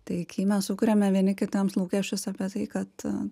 tai kai mes sukuriame vieni kitiems lūkesčius apie tai kad